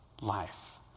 life